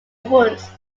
wounds